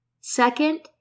Second